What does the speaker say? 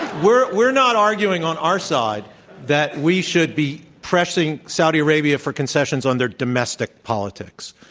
we're we're not arguing on our side that we should be pressing saudi arabia for concessions on their domestic politics.